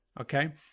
okay